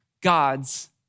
God's